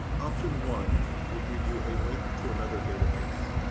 option one will give you a link to another database.